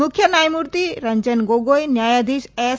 મુખ્ય ન્યાયમૂર્તિ રંજન ગોગોઈ ન્યાયાધીશ એસ